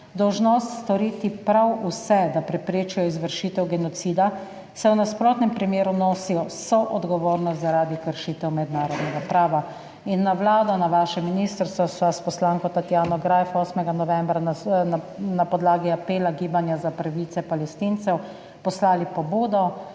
dolžnost storiti prav vse, da preprečijo izvršitev genocida, saj v nasprotnem primeru nosijo soodgovornost zaradi kršitev mednarodnega prava. Na Vlado, na vaše ministrstvo sva s poslanko Tatjano Greif 8. novembra na podlagi apela Gibanja za pravice Palestincev poslali pobudo,